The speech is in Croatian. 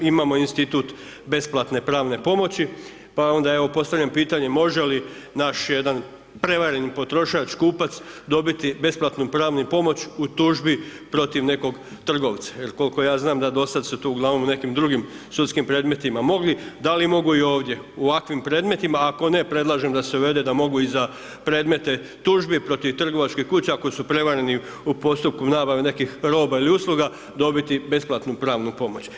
Imamo Institut besplatne pravne pomoći, pa onda evo, postavljam pitanje, može li naš jedan prevareni potrošač, kupac, dobiti besplatnu pravnu pomoć u tužbi protiv nekog trgovca, jel kolko ja znam da do sada su to uglavnom u nekim drugim sudskim predmetima mogli, da li mogu i ovdje u ovakvim predmetima, ako ne, predlažem da se uvede da mogu i za predmete tužbi protiv trgovačkih kuća koji su prevareni u postupku nabave nekih roba ili usluga dobiti besplatnu pravnu pomoć.